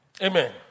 Amen